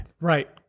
Right